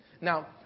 Now